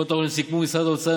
בשבועות האחרונים סיכמו משרד האוצר,